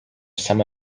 some